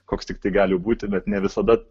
koks tiktai gali būti bet ne visada